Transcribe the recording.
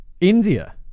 india